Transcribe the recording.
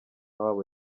wabo